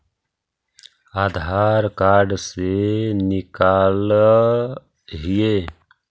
आधार card से निकाल हिऐ?